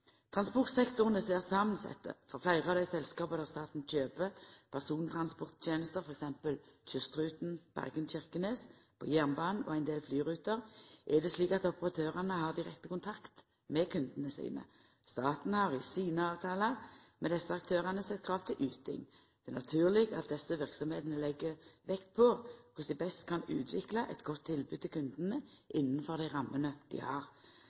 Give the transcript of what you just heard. Transportsektoren er svært samansett. For fleire av dei selskapa der staten kjøper persontransporttenester – f.eks. kystruten Bergen–Kirkenes, på jernbanen og ein del flyruter – er det slik at operatørane har direkte kontakt med kundane sine. Staten har i sine avtalar med desse aktørane sett krav til yting. Det er naturleg at desse verksemdene legg vekt på korleis dei best kan utvikla eit godt tilbod til kundane innafor dei rammene dei har.